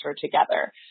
together